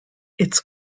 its